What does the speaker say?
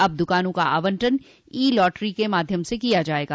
अब दुकानों का आवंटन ई लाट्री के माध्यम से किया जायेगा